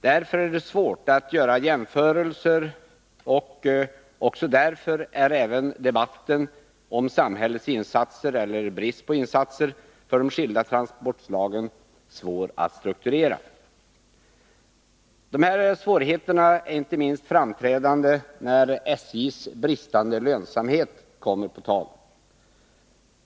Därför är det svårt att göra jämförelser, och därför är också debatten om samhällets insatser, eller brist på insatser, för de skilda transportslagen svår att strukturera. De här svårigheterna är inte minst framträdande när SJ:s bristande lönsamhet kommer på tal.